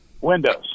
Windows